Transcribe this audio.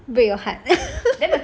break your heart